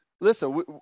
listen